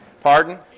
Pardon